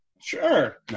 Sure